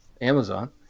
Amazon